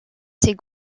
ses